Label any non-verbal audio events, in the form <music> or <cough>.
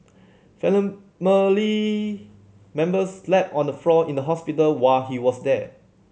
<unintelligible> members slept on the floor in the hospital while he was there